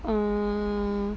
mm